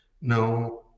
Now